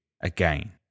Again